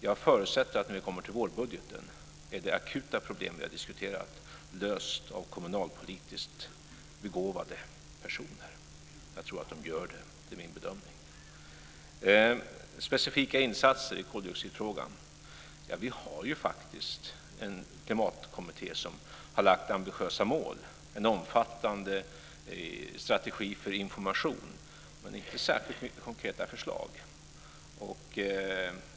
Jag förutsätter att när vi kommer fram till vårbudgeten är det akuta problem som vi har diskuterat löst av kommunalpolitiskt begåvade personer. Jag tror att de löser det. Det är min bedömning. När det gäller specifika insatser i koldioxidfrågan vill jag säga att vi faktiskt har en klimatkommitté som har lagt fram ambitiösa mål och en omfattande strategi för information. Men det är inte särskilt mycket konkreta förslag.